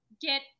get